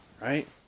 right